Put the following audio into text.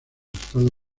estados